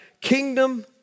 kingdom